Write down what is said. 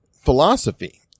philosophy